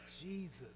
Jesus